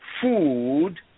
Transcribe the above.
food